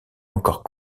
encore